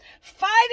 fighting